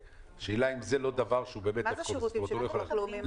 השאלה היא אם זה לא דבר --- מה זה שירותים של ביטוח לאומי?